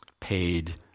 paid